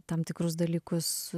tam tikrus dalykus